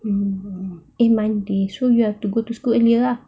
mm eh monday so you have to go to school earlier ah